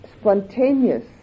spontaneous